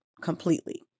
completely